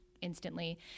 instantly